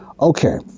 Okay